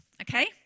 Okay